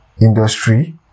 industry